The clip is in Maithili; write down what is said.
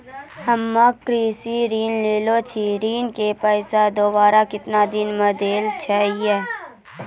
हम्मे कृषि ऋण लेने छी ऋण के पैसा दोबारा कितना दिन मे देना छै यो?